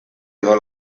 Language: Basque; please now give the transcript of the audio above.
edo